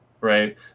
right